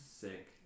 sick